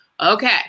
okay